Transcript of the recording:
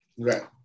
Right